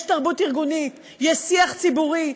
יש תרבות ארגונית, יש שיח ציבורי.